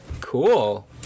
cool